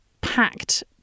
packed